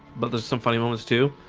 but there's some funny moments too.